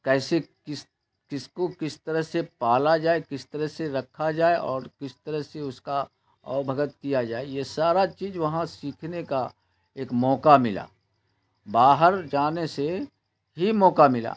کیسے کس کس کو کس طرح سے پالا جائے کس طرح سے رکھا جائے اور کس طرح سے اس کا آؤ بھگت کیا جائے یہ سارا چیز وہاں سیکھنے کا ایک موقع ملا باہر جانے سے ہی موقع ملا